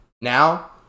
Now